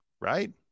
Right